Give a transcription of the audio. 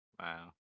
Wow